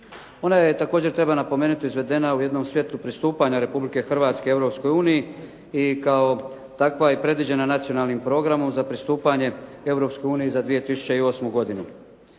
Ona je također, treba napomenuti, izvedena u jednom setu pristupanja Republike Hrvatske Europskoj uniji i kao takva je predviđena nacionalnim programom za pristupanje Europskoj uniji za 2008. godinu.